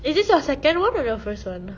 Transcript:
is this your second one or your first one